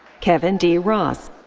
kevin d. ross.